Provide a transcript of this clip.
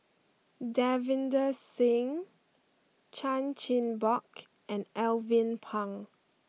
Davinder Singh Chan Chin Bock and Alvin Pang